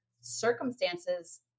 circumstances